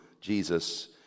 jesus